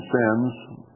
sins